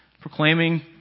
proclaiming